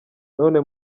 none